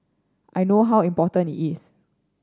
I know how important it is